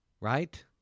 right